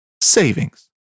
savings